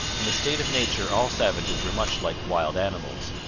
in the state of nature all savages were much like wild animals,